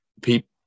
people